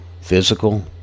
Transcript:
physical